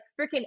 freaking